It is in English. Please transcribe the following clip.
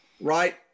right